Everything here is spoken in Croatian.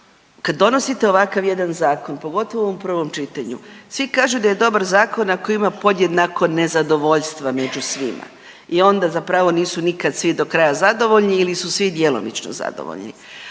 kada donosite ovakav jedan zakon pogotovo u prvom čitanju svi kažu da je dobar zakon ako ima podjednako nezadovoljstva među svima i onda zapravo nisu nikada svi do kraja zadovoljni ili su svi djelomično zadovoljni.